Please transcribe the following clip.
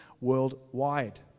worldwide